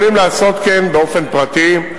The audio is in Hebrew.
יכולים לעשות כן באופן פרטי.